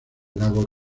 lago